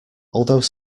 although